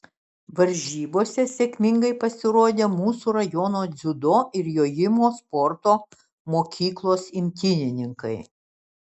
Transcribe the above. varžybose sėkmingai pasirodė mūsų rajono dziudo ir jojimo sporto mokyklos imtynininkai